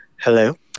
Hello